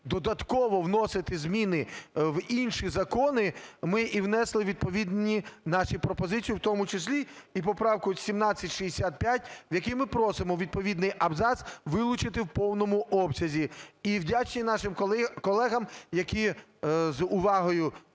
додатково вносити зміни в інші закони, ми і внесли відповідні наші пропозиції, в тому числі і поправку 1765, в якій ми просимо відповідний абзац вилучити в повному обсязі. І вдячний нашим колегам, які з увагою